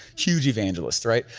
huge evangelist, right?